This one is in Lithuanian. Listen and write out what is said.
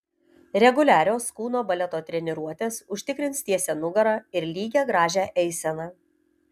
reguliarios kūno baleto treniruotės užtikrins tiesią nugarą ir lygią gražią eiseną